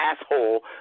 asshole